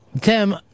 Tim